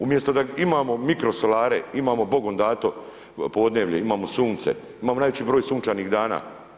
Umjesto da imamo mikrosolare, imamo Bogom dano podnevlje, imamo sunce, imamo najveći broj sunčanih dana.